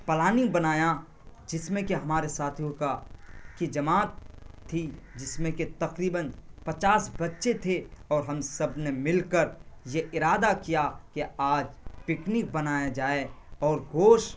planning بنایا جس میں کہ ہمارے ساتھیوں کا کی جماعت تھی جس میں کہ تقریباً پچاس بچے تھے اور ہم سب نے مل کر یہ ارادہ کیا کہ آج پکنک منایا جائے اور گوشت